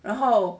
然后